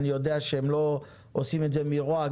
אני יודע שהם לא עושים את זה מרוע,